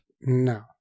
No